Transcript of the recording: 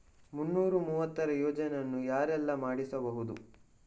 ಮುನ್ನೂರ ಮೂವತ್ತರ ಯೋಜನೆಯನ್ನು ಯಾರೆಲ್ಲ ಮಾಡಿಸಬಹುದು?